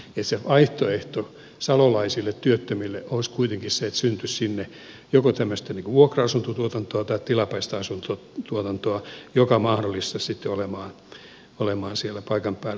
se vaihtoehto salolaisille työttömille olisi kuitenkin se että sinne syntyisi joko tämmöistä vuokra asuntotuotantoa tai tilapäistä asuntotuotantoa joka mahdollistaisi olemisen siellä paikan päällä